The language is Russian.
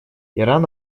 иран